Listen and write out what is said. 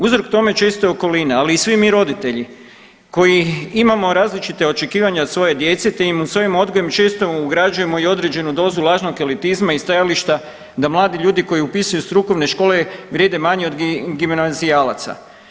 Uzrok tome često je okolina, ali i svi mi roditelji koji imamo različita očekivanja od svoje djece, te im svojim odgojem često ugrađujemo i određenu dozu lažnog elitizma i stajališta da mladi ljudi koji upisuju strukovne škole vrijede manje od gimnazijalaca.